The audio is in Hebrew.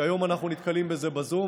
שהיום אנחנו נתקלים בזה בזום,